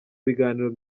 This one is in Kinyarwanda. biganiro